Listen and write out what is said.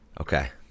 Okay